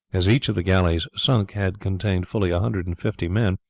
as each of the galleys sunk had contained fully a hundred and fifty men,